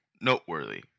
noteworthy